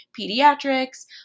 pediatrics